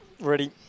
Ready